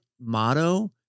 motto